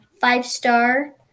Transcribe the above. five-star